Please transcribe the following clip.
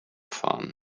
fahren